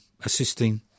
assisting